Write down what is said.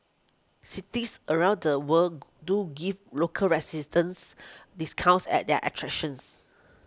cities around the world do give local resistance discounts at their attractions